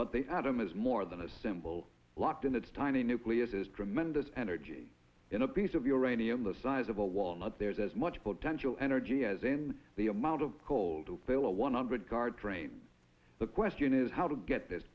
but they adam is more than a symbol locked in a tiny nucleus has tremendous energy in a piece of uranium the size of a walnut there is as much potential energy as in the amount of coal to fill a one hundred car drain the question is how to get this